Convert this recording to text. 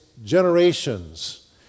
Generations